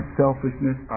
selfishness